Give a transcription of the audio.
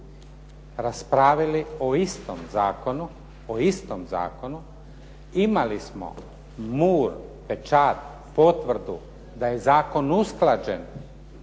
zakonu, o istom zakonu, imali smo mur, pečat, potvrdu da je zakon usklađen